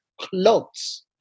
clothes